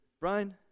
Brian